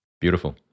Beautiful